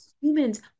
Humans